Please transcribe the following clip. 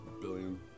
Billion